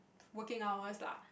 working hours lah